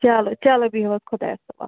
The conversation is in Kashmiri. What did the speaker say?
چلو چلو بیہِو حظ خۄدایَس حوالہٕ